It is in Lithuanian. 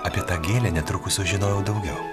apie tą gėlę netrukus sužinojau daugiau